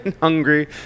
hungry